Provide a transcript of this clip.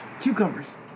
Cucumbers